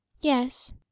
Yes